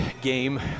game